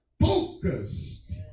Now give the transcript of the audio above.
focused